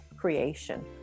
creation